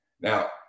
now